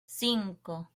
cinco